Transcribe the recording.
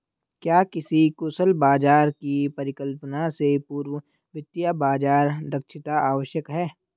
क्या किसी कुशल बाजार की परिकल्पना से पूर्व वित्तीय बाजार दक्षता आवश्यक है?